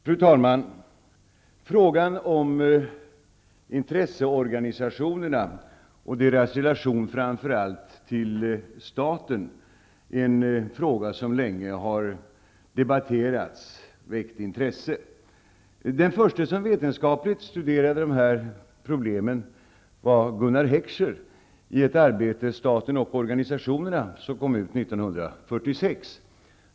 Fru talman! Frågan om intresseorganisationerna och deras relation till framför allt staten är en fråga som länge har väckt intresse och debatterats. Den förste som vetenskapligt studerade dessa problem var Gunnar Heckscher, i ett arbete som kom ut 1946, Staten och organisationerna.